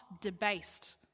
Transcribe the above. debased